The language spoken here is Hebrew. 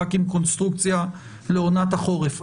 רק עם קונסטרוקציה לעונת החורף.